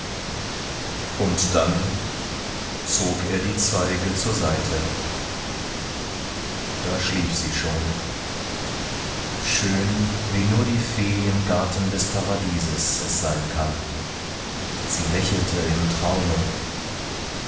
und dann zog er die zweige zur seite da schlief sie schon schön wie nur die fee im garten des paradieses es sein kann sie lächelte im traume